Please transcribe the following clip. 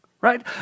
Right